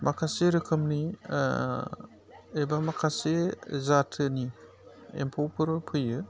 माखासे रोखोमनि एबा माखासे जाथिनि एम्फौफोर फैयो